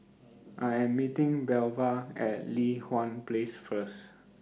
I Am meeting Belva At Li Hwan Place First